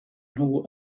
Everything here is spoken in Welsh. nhw